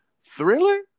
Thriller